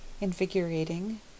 invigorating